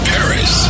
Paris